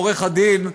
עורך הדין,